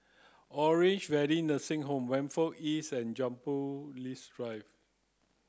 Orange Valley Nursing Home Whampoa East and Jumbo lis Drive